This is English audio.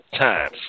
times